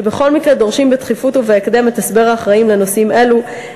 שבכל מקרה דורשות בדחיפות ובהקדם את הסבר האחראים לנושאים אלה,